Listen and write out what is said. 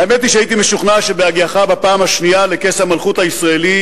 האמת היא שהייתי משוכנע שבהגיעך בפעם השנייה לכס המלכות הישראלי